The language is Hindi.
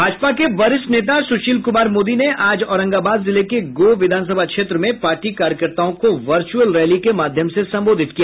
भाजपा के वरिष्ठ नेता सुशील कुमार मोदी ने आज औरंगाबाद जिले के गोह विधानसभा क्षेत्र में पार्टी कार्यकर्ताओं को वर्चुअल रैली के माध्यम से संबोधित किया